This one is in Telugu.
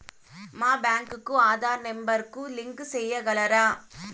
మా బ్యాంకు కు ఆధార్ నెంబర్ కు లింకు సేయగలరా?